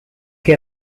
que